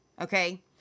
okay